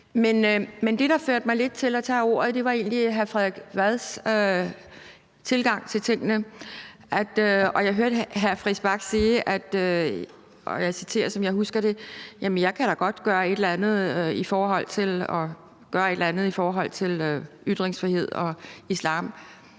Men det, der lidt fik mig til at tage ordet, var egentlig hr. Frederik Vads tilgang til tingene, og jeg hørte også hr. Christian Friis Bach sige, og jeg citerer, som jeg husker det: Jeg kan da godt gøre et eller andet i forhold til at gøre et eller